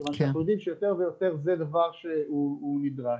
מכיוון שאנחנו חושבים שיותר ויותר זה דבר שהוא נדרש.